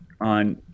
on